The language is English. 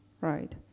right